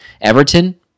Everton